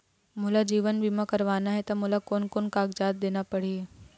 मोला जीवन बीमा करवाना हे ता मोला कोन कोन कागजात देना पड़ही?